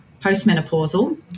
postmenopausal